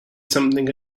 something